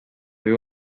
viu